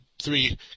Three